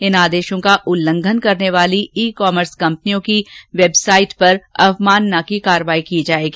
इन आदेशों का उल्लंघन करने वाली ई कॉमर्स कंपनियों की वेबसाइट पर अवमानना की कार्रवाई की जायेगी